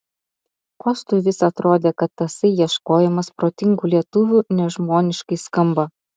kostui vis atrodė kad tasai ieškojimas protingų lietuvių nežmoniškai skamba